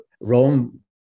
Rome